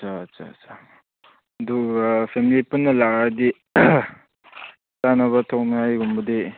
ꯑꯠꯁꯥ ꯑꯠꯁꯥ ꯑꯠꯁꯥ ꯑꯗꯨꯒ ꯐꯦꯃꯤꯂꯤ ꯄꯨꯟꯅ ꯂꯥꯛꯂꯗꯤ ꯆꯥꯅꯕ ꯊꯣꯡꯅꯉꯥꯏꯒꯨꯝꯕꯗꯤ